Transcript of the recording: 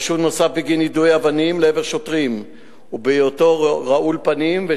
חשוד נוסף נעצר בגין יידוי אבנים לעבר שוטרים ובהיותו רעול פנים,